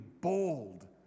bold